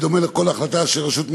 בדומה לכל החלטה של רשות מינהלית,